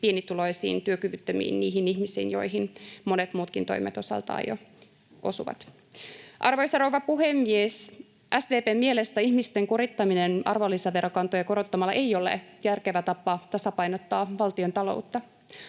pienituloisiin, työkyvyttömiin, niihin ihmisiin, joihin monet muutkin toimet osaltaan jo osuvat. Arvoisa rouva puhemies! SDP:n mielestä ihmisten kurittaminen arvonlisäverokantoja korottamalla ei ole järkevä tapa tasapainottaa valtiontaloutta.